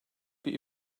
bir